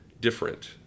different